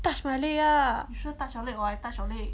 touch my leg ah